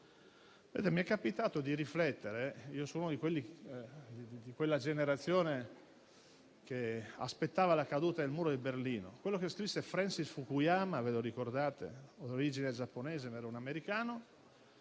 Mi è capitato di riflettere, appartenendo a quella generazione che aspettava la caduta del muro di Berlino, su quello che scrisse Francis Fukuyama - ve lo ricordate? - di origine giapponese, ma americano,